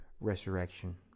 resurrection